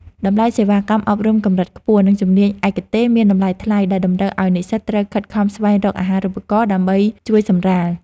តម្លៃសេវាកម្មអប់រំកម្រិតខ្ពស់ និងជំនាញឯកទេសមានតម្លៃថ្លៃដែលតម្រូវឱ្យនិស្សិតត្រូវខិតខំស្វែងរកអាហារូបករណ៍ដើម្បីជួយសម្រាល។